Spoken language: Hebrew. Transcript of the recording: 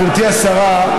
גברתי השרה,